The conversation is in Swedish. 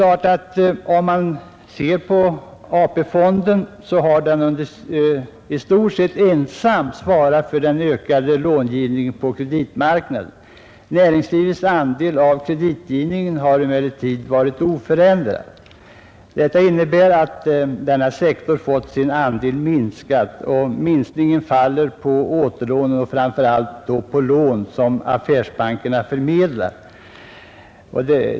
AP-fonden har i stort sett ensam svarat för den ökade långivningen på kreditmarknaden. Näringslivets andel av kreditgivningen har emellertid varit oförändrad. Detta innebär att denna sektor fått sin andel minskad, och minskningen faller på återlån och framför allt på lån som affärsbankerna förmedlat.